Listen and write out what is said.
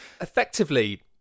Effectively